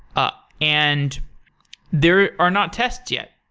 ah and there are not tests yet.